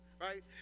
right